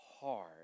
hard